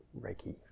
Reiki